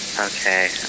Okay